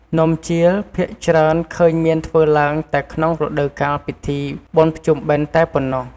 នំជៀល ភាគច្រើនឃើញមានធ្វើឡើងតែក្នុងរដូវកាលពិធីបុណ្យភ្ជុំបិណ្ឌតែប៉ុណ្ណោះ ។